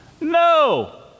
No